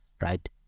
right